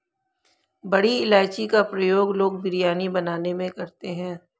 बड़ी इलायची का प्रयोग लोग बिरयानी बनाने में करते हैं